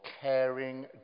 caring